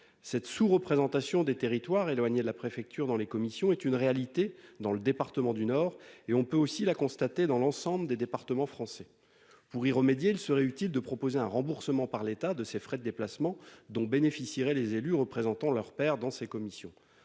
cette sous-représentation des territoires éloignés de la préfecture dans les commissions est une réalité dans le département du Nord, et on peut aussi l'a constaté dans l'ensemble des départements français pour y remédier, il serait utile de proposer un remboursement par l'état de ses frais de déplacement dont bénéficieraient les élus représentants leur père dans ces commissions,